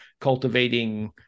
cultivating